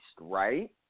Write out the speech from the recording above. right